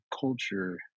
culture